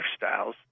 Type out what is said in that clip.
lifestyles